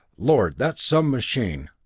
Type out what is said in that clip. lord, that's some machine!